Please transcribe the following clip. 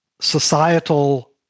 societal